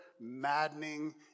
maddening